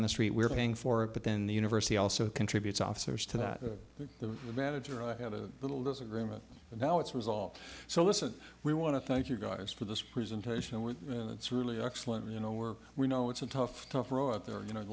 on the street we're paying for it but then the university also contributes officers to that the manager i had a little disagreement and now it's resolved so listen we want to thank you guys for this presentation with it's really excellent you know we're we know it's a tough tough road out there you know a